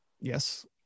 Yes